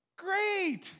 great